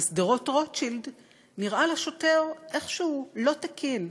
בשדרות-רוטשילד נראה לשוטר איכשהו לא תקין.